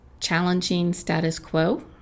challengingstatusquo